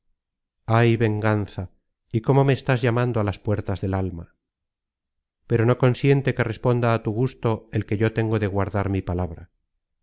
ay venganza y cómo me estás llamando á las puertas del alma pero no consiente que responda á tu gusto el que yo tengo de guardar mi palabra